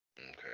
Okay